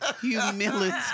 humility